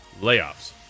layoffs